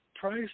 price